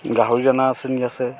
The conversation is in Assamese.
গাহৰি দানা আছে